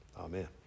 Amen